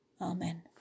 Amen